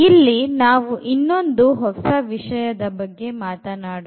ಇಲ್ಲಿ ನಾವು ಇನ್ನೊಂದು ಹೊಸ ವಿಷಯದ ಬಗೆ ಮಾತನಾಡೋಣ